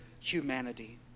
humanity